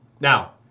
Now